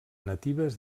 natives